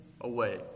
away